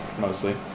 Mostly